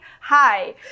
hi